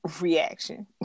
reaction